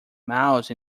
mouse